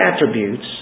attributes